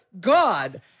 God